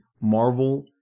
Marvel